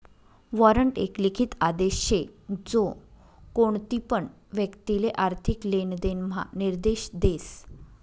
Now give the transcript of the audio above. warrant एक लिखित आदेश शे जो कोणतीपण व्यक्तिले आर्थिक लेनदेण म्हा निर्देश देस